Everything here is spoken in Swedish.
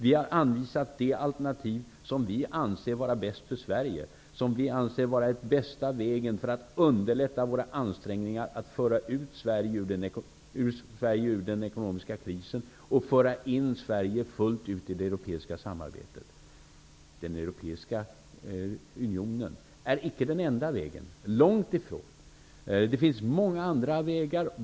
Vi har anvisat de alternativ som vi anser vara bäst för Sverige, som vi anser vara bästa vägen för att underlätta våra ansträngningar att föra ut Sverige ur den ekonomiska krisen och föra in Sverige fullt ut i det europeiska samarbetet. Den europeiska unionen är icke den enda vägen. Långt ifrån. Det finns många andra vägar.